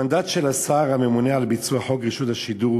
המנדט של השר הממונה על ביצוע חוק רשות השידור